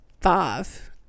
five